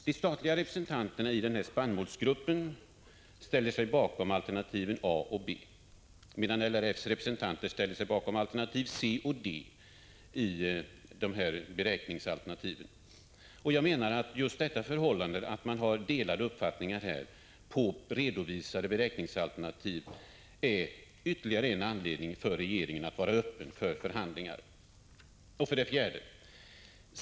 De statliga representanterna i spannmålsgruppen ställer sig bakom alternativen A och B, medan LRF:s representanter ställer sig bakom alternativen C och D. Jag menar att just det förhållandet att man har delade uppfattningar när det gäller beräkningsalternativen är ytterligare en anledning för regeringen att vara öppen för förhandlingar. 4.